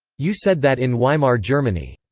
you said that in weimar germany.